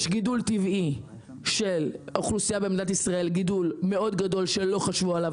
יש גידול טבעי של אוכלוסייה במדינת ישראל שלא חשבו עליו